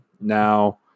Now